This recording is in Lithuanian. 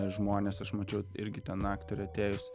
žmonės aš mačiau irgi ten aktoriai atėjus